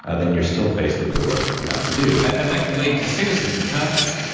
ah then you are still faced with the work that you have to do. and that can lead to cynicism, can't it.